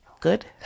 good